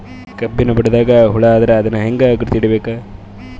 ಕಬ್ಬಿನ್ ಬುಡದಾಗ ಹುಳ ಆದರ ಅದನ್ ಹೆಂಗ್ ಗುರುತ ಹಿಡಿಬೇಕ?